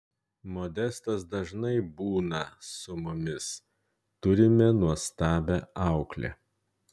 modestas dažnai būna su mumis turime nuostabią auklę